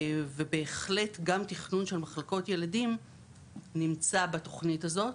ובהחלט גם תכנון של מחלקות ילדים נמצא בתוכנית הזאת.